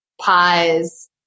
pies